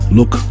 Look